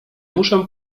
muszę